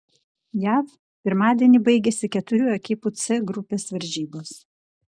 jav pirmadienį baigėsi keturių ekipų c grupės varžybos